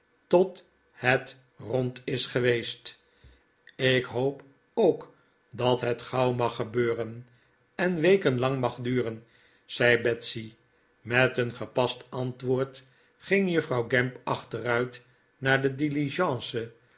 tot het rond is geweest ik hoop ook dat het gauw mag gebeuren en weken lang mag duren zei betsy met een gepast antwoord ging juffrouw gamp achteruit naar de